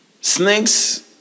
snakes